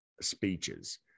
speeches